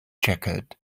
jacket